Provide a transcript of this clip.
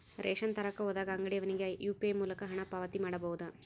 Ration ತರಕ ಹೋದಾಗ ಅಂಗಡಿಯವನಿಗೆ ಯು.ಪಿ.ಐ ಮೂಲಕ ಹಣ ಪಾವತಿ ಮಾಡಬಹುದಾ?